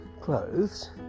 clothes